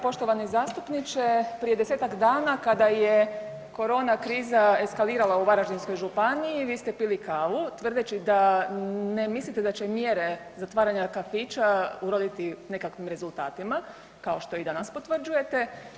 Poštovani zastupniče prije 10-tak dana kada je korona kriza eskalirala u Varaždinskoj županiji vi ste pili kavu tvrdeći da ne mislite da će mjere zatvaranja kafića uroditi nekakvim rezultatima kao što i danas potvrđujete.